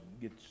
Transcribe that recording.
get